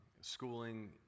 schooling